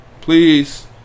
please